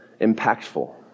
impactful